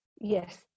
Yes